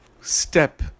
step